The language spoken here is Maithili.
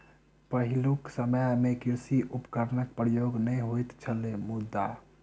पहिलुक समय मे कृषि उपकरणक प्रयोग नै होइत छलै मुदा